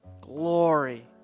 Glory